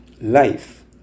life